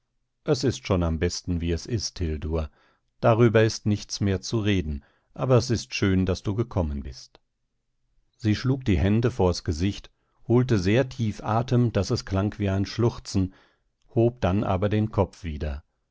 es ist schon am besten wie es ist hildur darüber ist nichts mehr zu reden aber es ist schön daß du gekommen bist sie schlug die hände vors gesicht holte sehr tief atem daß es klang wie ein schluchzen hob dann aber den kopf wieder